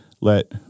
let